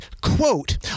quote